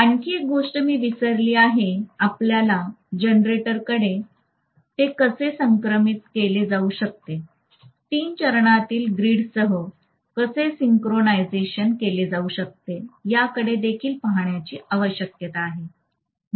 आणखी एक गोष्ट मी विसरली आहे आपल्याला जनरेटरकडे ते कसे समक्रमित केले जाऊ शकते तीन चरणातील ग्रीडसह कसे सिंक्रोनाइझेशन केले जाऊ शकते याकडे देखील पाहण्याची आवश्यकता आहे